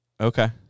Okay